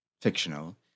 fictional